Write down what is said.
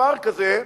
מספר כזה,